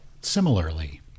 Similarly